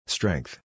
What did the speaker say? Strength